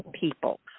people